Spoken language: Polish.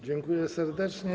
Dziękuję serdecznie.